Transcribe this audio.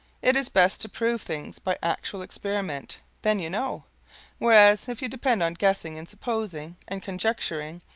it is best to prove things by actual experiment then you know whereas if you depend on guessing and supposing and conjecturing,